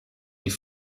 die